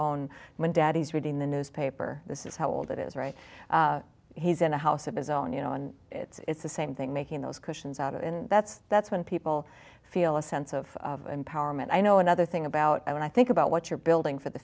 own when daddy's reading the newspaper this is how old it is right he's in a house of his own you know and it's the same thing making those cushions out and that's that's when people feel a sense of empowerment i know another thing about i when i think about what you're building for the